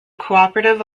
cooperative